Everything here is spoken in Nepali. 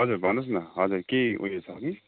हजुर भन्नुहोस् न हजुर केही उयो छ कि